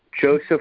Joseph